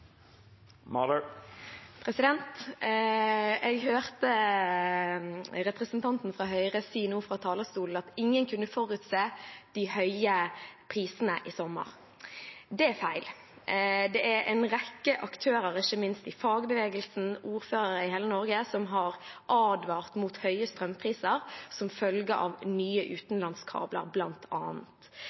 Jeg hørte representanten fra Høyre nå si fra talerstolen at ingen i sommer kunne forutse de høye prisene. Det er feil. Det er en rekke aktører, ikke minst i fagbevegelsen og ordførere i hele Norge, som har advart mot høye strømpriser bl.a. som følge av nye utenlandskabler.